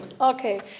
Okay